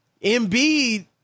Embiid